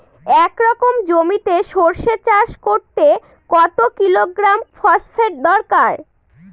এক একর জমিতে সরষে চাষ করতে কত কিলোগ্রাম ফসফেট দরকার?